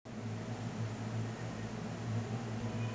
Online खाता खोले बर मोला कोन कोन स दस्तावेज के जरूरत होही?